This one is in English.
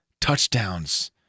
touchdowns